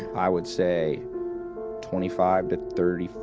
i would say twenty five to thirty,